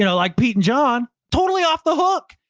you know like pete and john, totally off the hook,